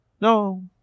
no